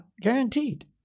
Guaranteed